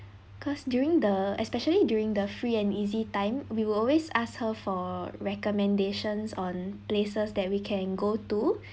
because during the especially during the free and easy time we will always ask her for recommendations on places that we can go to